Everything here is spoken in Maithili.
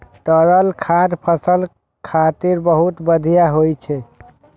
तरल खाद फसल खातिर बहुत बढ़िया होइ छै